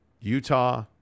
Utah